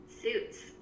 suits